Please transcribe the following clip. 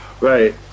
right